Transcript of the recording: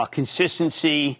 consistency